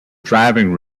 driving